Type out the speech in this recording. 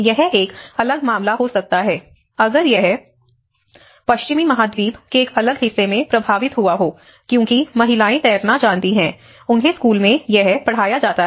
यह एक अलग मामला हो सकता है अगर यह पश्चिमी महाद्वीप के एक अलग हिस्से में प्रभावित हुआ हो क्योंकि महिलाएं तैरना जानती हैं उन्हें स्कूल में यह पढ़ाया जाता है